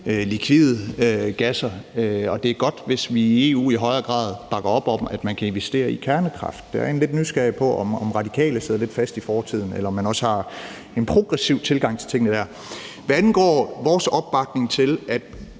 likvide gasser, og det er godt, hvis vi i EU i højere grad bakker op om, at man kan investere i kernekraft. Jeg er egentlig nysgerrig på, om Radikale sidder lidt fast i fortiden, eller om man også har en progressiv tilgang til tingene der. Hvad angår vores opbakning til, at